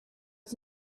was